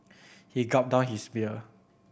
he gulped down his beer